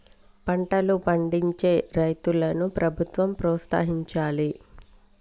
పంటలు పండించే రైతులను ప్రభుత్వం ప్రోత్సహించాలి